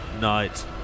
Night